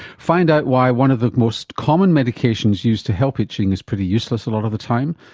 find out why one of the most common medications used to help itching is pretty useless a lot of the time,